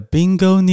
Bingo